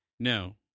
No